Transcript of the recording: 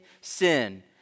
sin